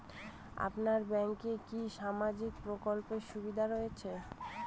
আপনার ব্যাংকে কি সামাজিক প্রকল্পের সুবিধা রয়েছে?